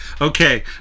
okay